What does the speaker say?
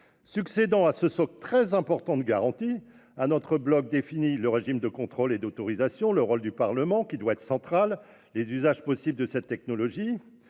Succédant à ce socle très important de garanties, un autre bloc définit le régime de contrôle et d'autorisation, le rôle du Parlement, qui doit être central, et les usages possibles de ces technologies.